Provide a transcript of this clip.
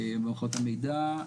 מערכות המידע.